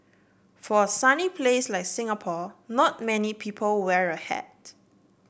for a sunny place like Singapore not many people wear a hat